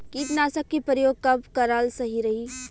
कीटनाशक के प्रयोग कब कराल सही रही?